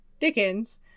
Dickens